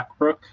Blackbrook